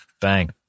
bang